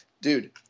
dude